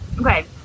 okay